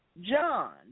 John